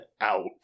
out